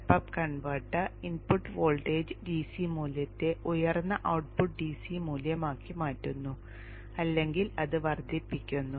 step up converter input voltage DC മൂല്യത്തെ ഉയർന്ന output DC മൂല്യമാക്കി മാറ്റുന്നു അല്ലെങ്കിൽ അത് വർദ്ധിപ്പിക്കുന്നു